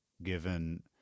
given